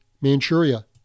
Manchuria